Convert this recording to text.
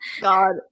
God